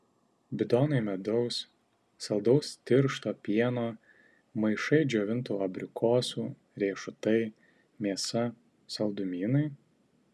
bidonai medaus saldaus tiršto pieno maišai džiovintų abrikosų riešutai mėsa saldumynai